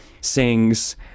sings